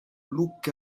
look